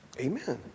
Amen